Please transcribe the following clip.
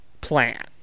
plan